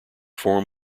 form